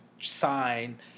sign